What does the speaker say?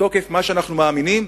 בתוקף מה שאנחנו מאמינים,